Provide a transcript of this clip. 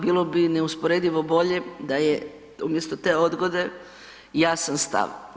Bilo bi neusporedivo bolje da je umjesto te odgode jasan stav.